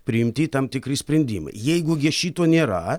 priimti tam tikri sprendimai jeigu gi šito nėra